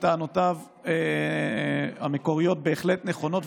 שטענותיו המקוריות בהחלט נכונות,